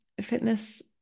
fitness